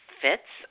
fits